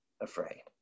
afraid